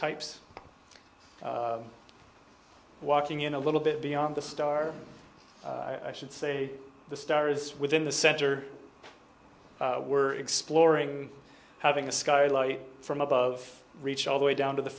types walking in a little bit beyond the star i should say the stars within the center were exploring having a skylight from above reach all the way down to the